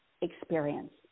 experience